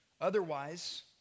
Otherwise